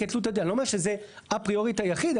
אני לא אומר שזה אפריורי היחיד,